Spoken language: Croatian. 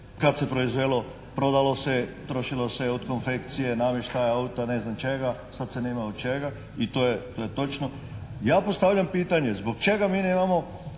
kad se proizvelo prodalo se, trošilo se od konfekcije, namještaja, auta, neznam čega, sad se nema od čega i to je točno. Ja postavljam pitanje. Zbog čega mi nemamo